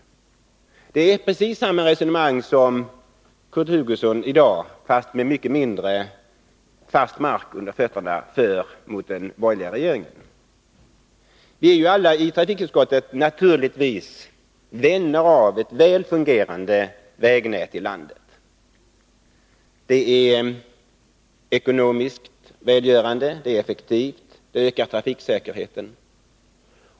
Det är precis samma resonemang som Kurt Hugosson för mot den borgerliga regeringen i dag, fastän han har betydligt mindre fast mark under fötterna. Vi alla i trafikutskottet är naturligtvis vänner av ett väl fungerande vägnät i landet. Det är ekonomiskt välgörande, det är effektivt och det ökar trafiksäkerheten.